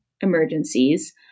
emergencies